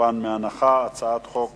מחובת הנחה, כמובן, הצעת חוק